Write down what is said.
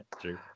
true